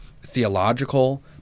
theological